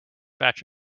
batch